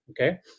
okay